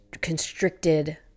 constricted